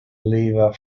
lever